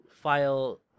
file